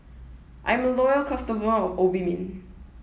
I'm a loyal customer of Obimin